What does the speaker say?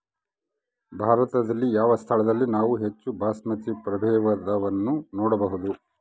ಭಾರತದಲ್ಲಿ ಯಾವ ಸ್ಥಳದಲ್ಲಿ ನಾವು ಹೆಚ್ಚು ಬಾಸ್ಮತಿ ಪ್ರಭೇದವನ್ನು ನೋಡಬಹುದು?